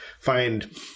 find